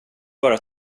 bara